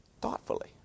Thoughtfully